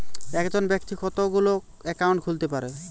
একজন ব্যাক্তি কতগুলো অ্যাকাউন্ট খুলতে পারে?